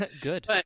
Good